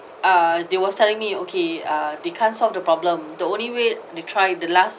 uh they was telling me okay uh they can't solve the problem the only way they tried the last